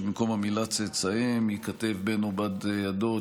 שבמקום המילה "צאצאיהם" ייכתב "בן או בת הדוד",